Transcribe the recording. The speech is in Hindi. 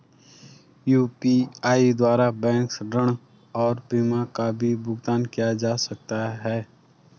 यु.पी.आई द्वारा बैंक ऋण और बीमा का भी भुगतान किया जा सकता है?